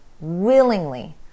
willingly